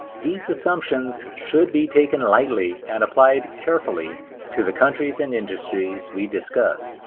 these assumptions should be taken lightly, and applied carefully to the countries and industries we discuss.